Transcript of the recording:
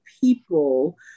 people